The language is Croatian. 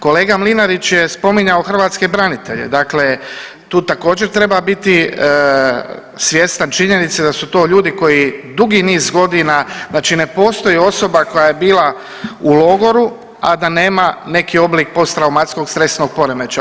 Kolega Mlinarić je spominjao hrvatske branitelje, dakle tu također treba biti svjestan činjenice da su to ljudi koji dugi niz godina znači ne postoji osoba koja je bila u logoru, a da nema neki oblik post reumatskog stresnog poremećaja.